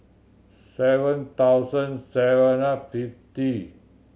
seven thousand seven fifty